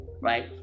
right